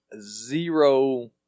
zero